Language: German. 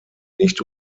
nicht